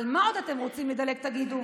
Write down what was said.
על מה עוד אתם רוצים לדלג, תגידו?